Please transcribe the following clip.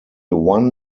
one